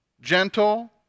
gentle